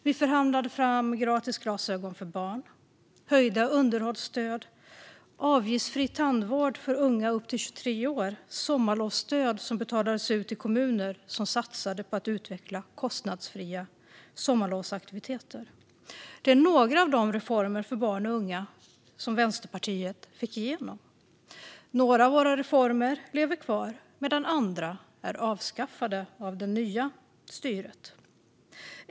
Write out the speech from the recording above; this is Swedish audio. Vi förhandlade fram gratis glasögon för barn, höjda underhållsstöd, avgiftsfri tandvård för unga upp till 23 år och sommarlovsstöd som betalades ut till kommuner som satsade på att utveckla kostnadsfria sommarlovsaktiviteter. Detta är några av de reformer för barn och unga som Vänsterpartiet fick igenom. Några av våra reformer lever kvar, medan andra är avskaffade av det nya styret.